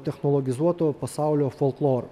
technologizuoto pasaulio folkloru